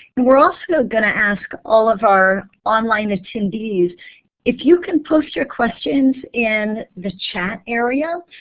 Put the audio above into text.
and we're also going to ask all of our online attendees if you can post your questions in the chat area,